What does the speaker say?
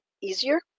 easier